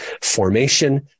formation